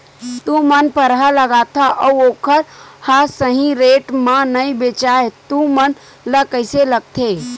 तू मन परहा लगाथव अउ ओखर हा सही रेट मा नई बेचवाए तू मन ला कइसे लगथे?